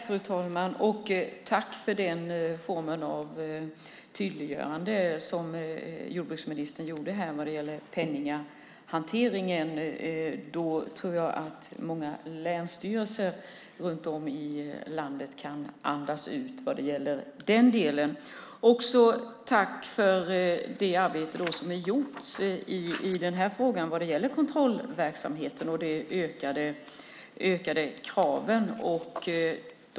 Fru talman! Jag tackar för den form av tydliggörande som jordbruksministern gjorde om pengahanteringen. Då kan många länsstyrelser runt om i landet andas ut vad gäller den delen. Jag vill också tacka för det arbete som är gjort i frågan om kontrollverksamheten och de ökade kraven.